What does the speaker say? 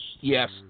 Yes